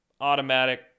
automatic